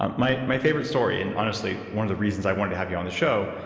um my my favorite story, and honestly one of the reasons i wanted to have you on the show,